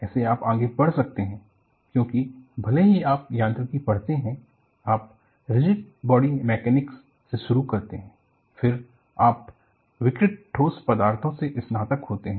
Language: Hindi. ऐसे आप आगे बढ़ सकते हैं क्योंकि भले ही आप यांत्रिकी पढ़ते हैं आप रिजिड बॉडी मैकेनिक्स से शुरू करते हैं फिर आप विकृत ठोस पदार्थों से स्नातक होते हैं